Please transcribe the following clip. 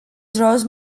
draws